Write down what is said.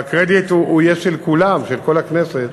והקרדיט יהיה של כולם, של כל הכנסת,